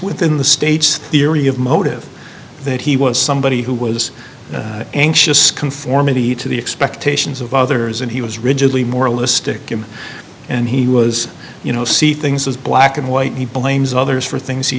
within the state's theory of motive that he was somebody who was anxious conformity to the expectations of others and he was rigidly moralistic him and he was you know see things as black and white he blames others for things he